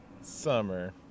Summer